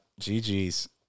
GG's